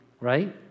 right